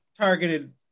targeted